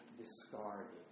discarded